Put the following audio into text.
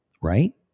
right